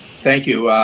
thank you.